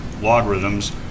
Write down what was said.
logarithms